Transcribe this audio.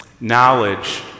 Knowledge